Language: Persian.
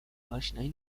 اشنایی